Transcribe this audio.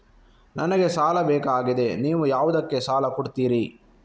ನನಗೆ ಸಾಲ ಬೇಕಾಗಿದೆ, ನೀವು ಯಾವುದಕ್ಕೆ ಸಾಲ ಕೊಡ್ತೀರಿ?